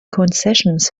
concessions